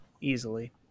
easily